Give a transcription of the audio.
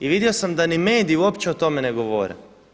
I vidio sam da ni mediji uopće o tome ne govore.